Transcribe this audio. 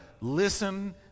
listen